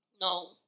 no